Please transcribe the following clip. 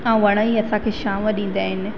ऐं वण ई असांखे छांव ॾींदा आहिनि